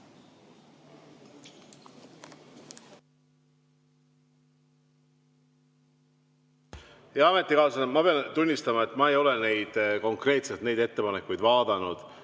Hea ametikaaslane! Ma pean tunnistama, et ma ei ole konkreetselt neid ettepanekuid vaadanud.